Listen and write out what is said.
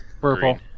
Purple